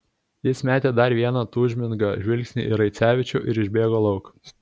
jis metė dar vieną tūžmingą žvilgsnį į raicevičių ir išbėgo lauk